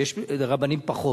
ויש רבנים פחות.